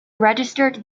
registered